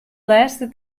lêste